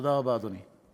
תודה רבה, אדוני.